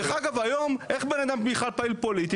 דרך אגב, היום, איך בן אדם בכלל פעיל פוליטי?